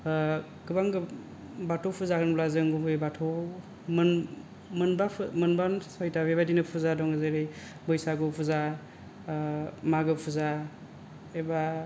गोबां बाथौ फुजा होनोब्ला जों गुबैयै बाथौ मोनबा ना सयथा बेबायदिनो फुजा दं जेरै बैसागु फुजा मागो फुजा एबा